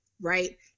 right